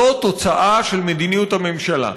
זו תוצאה של מדיניות הממשלה.